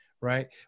right